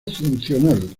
funcional